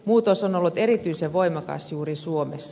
muutos on ollut erityisen voimakas juuri suomessa